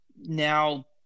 now